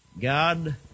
god